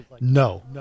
no